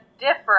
different